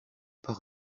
pas